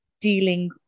dealing